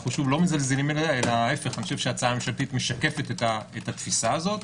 אנחנו לא מזלזלים אלא חושבים שההצעה הממשלתית משקפת את התפיסה הזו.